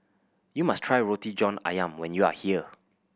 you must try Roti John Ayam when you are here